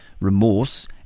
remorse